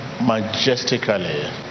majestically